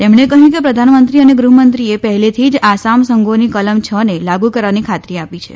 તેમણે કહ્યું કે પ્રધાનમંત્રી અને ગૃહમંત્રીએ પહેલીથી જ આસામ સંઘોની કલમ છ ને લાગુ કરવાની ખાતરી આપી છે